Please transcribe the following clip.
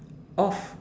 off